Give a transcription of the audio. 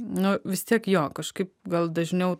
nu vis tiek jo kažkaip gal dažniau